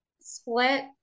split